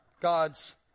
God's